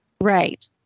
Right